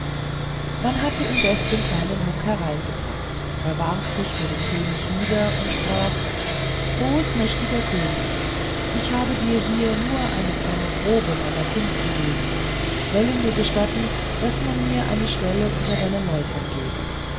man hatte indes den kleinen muck herbeigebracht er warf sich vor dem könig nieder und sprach großmächtigster könig ich habe dir hier nur eine kleine probe meiner kunst gegeben wolle nur gestatten daß man mir eine stelle unter deinen läufern gebe